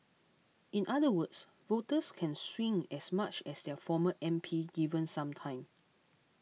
in other words voters can swing as much as their former M P given some time